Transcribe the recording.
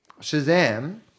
shazam